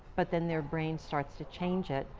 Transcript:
but then their brain starts to change it.